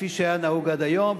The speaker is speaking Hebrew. כפי שהיה נהוג עד היום,